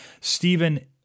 Stephen